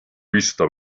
vista